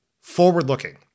forward-looking